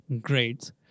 great